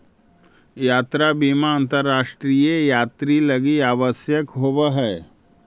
यात्रा बीमा अंतरराष्ट्रीय यात्रि लगी आवश्यक होवऽ हई